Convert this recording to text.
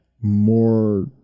more